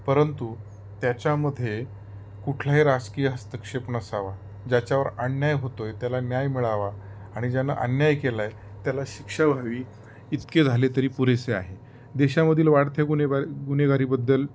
परंतु त्याच्यामध्ये कुठलाही राजकीय हस्तक्षेप नसावा ज्याच्यावर अन्याय होतो आहे त्याला न्याय मिळावा आणि ज्यानं अन्याय केला आहे त्याला शिक्षा व्हावी इतके झाले तरी पुरेसे आहे देशामधील वाढत्या गुन्हेबा गुन्हेगारीबद्दल